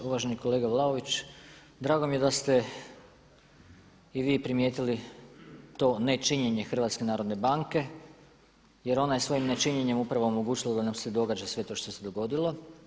Uvaženi kolega Vlaović, drago mi je da ste i vi primijetili to nečinjenje HNB-a jer ona je svojim nečinjenjem upravo omogućila da nam se događa sve to što se dogodilo.